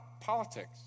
politics